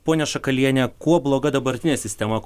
ponia šakaliene kuo bloga dabartinė sistema